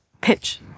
pitch